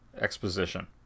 exposition